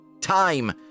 Time